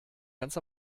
ganz